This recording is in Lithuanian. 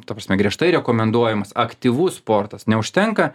ta prasme griežtai rekomenduojamas aktyvus sportas neužtenka